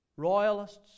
Royalists